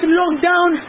lockdown